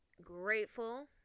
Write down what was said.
grateful